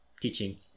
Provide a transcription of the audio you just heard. teaching